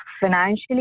financially